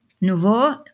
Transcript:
Nouveau